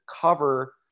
cover